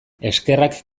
eskerrak